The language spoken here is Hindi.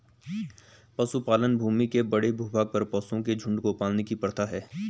पशुपालन भूमि के बड़े भूभाग पर पशुओं के झुंड को पालने की प्रथा है